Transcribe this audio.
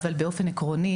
אבל באופן עקרוני,